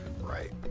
Right